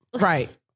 Right